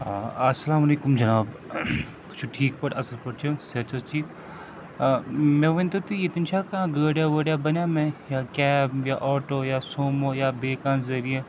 اَسلامُ علیکُم جِناب تُہۍ چھُو ٹھیٖک پٲٹھۍ اَصٕل پٲٹھۍ چھِو صحت چھِ حظ ٹھیٖک مےٚ ؤنۍتو تُہۍ ییٚتٮ۪ن چھےٚ کانٛہہ گٲڑیہ وٲڑیہ بنیٛا مےٚ یا کیب یا آٹو یا سومو یا بیٚیہِ کانٛہہ ذٔریعہِ